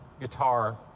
guitar